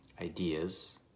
ideas